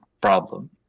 problem